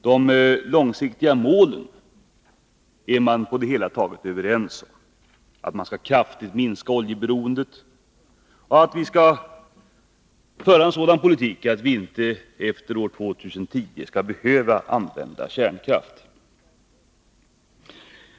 De långsiktiga målen är man på det hela taget överens om: att vi skall kraftigt minska oljeberoendet och att vi skall föra en sådan politik att vi inte efter år 2010 skall behöva använda kärnkraft.